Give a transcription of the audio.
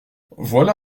voilà